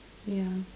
yeah